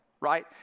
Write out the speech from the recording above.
right